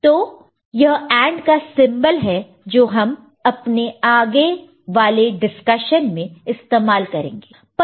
तो यह AND का सिंबल है जो हम अपने आगे वाले डिस्कशन में इस्तेमाल करेंगे